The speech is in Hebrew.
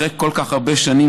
אחרי כל כך הרבה שנים,